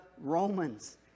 Romans